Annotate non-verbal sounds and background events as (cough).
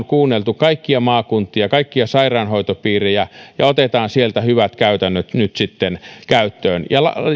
(unintelligible) kuunneltu kaikkia maakuntia kaikkia sairaanhoitopiirejä ja otetaan sieltä hyvät käytännöt nyt sitten käyttöön ja